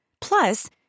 Plus